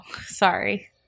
Sorry